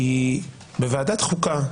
כי בוועדת החוקה,